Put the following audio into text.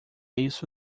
isso